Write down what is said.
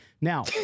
Now